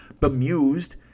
bemused